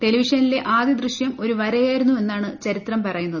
ടെലിവിഷനിലെ ആദ്യ ദൃശ്യം ഒരു വരയായിരുന്നു എന്നാണ് ചരിത്രം പറയുന്നത്